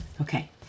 okay